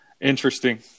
Interesting